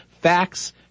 facts